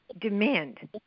demand